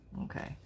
okay